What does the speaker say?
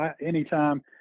anytime